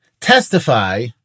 testify